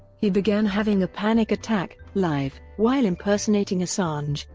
he began having a panic attack, live, while impersonating assange.